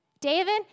David